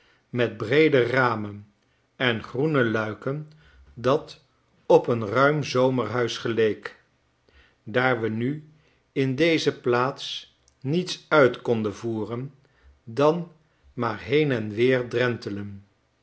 met breede ramen en groene luiken dat op een ruim zomerhuis geleek daar we nu in deze plaats niets uit konden voeren dan maar heen en weer drentelen